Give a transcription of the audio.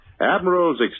Admiral's